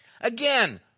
Again